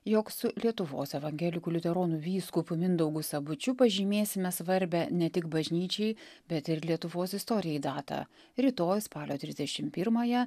jog su lietuvos evangelikų liuteronų vyskupu mindaugu sabučiu pažymėsime svarbią ne tik bažnyčiai bet ir lietuvos istorijai datą rytoj spalio trisdešimt pirmąją